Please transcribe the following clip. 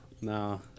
No